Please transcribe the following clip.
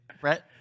Brett